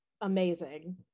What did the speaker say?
amazing